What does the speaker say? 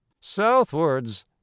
Southwards